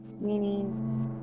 meaning